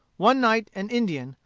one night an indian,